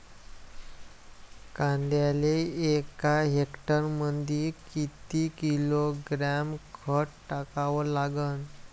कांद्याले एका हेक्टरमंदी किती किलोग्रॅम खत टाकावं लागन?